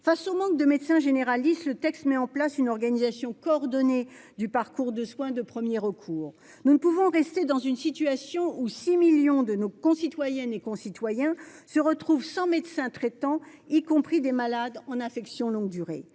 face au manque de médecins généralistes. Le texte met en place une organisation coordonnée du parcours de soins de 1er recours. Nous ne pouvons rester dans une situation où 6 millions de nos concitoyennes et concitoyens se retrouve sans médecin traitant, y compris des malades en affection longue durée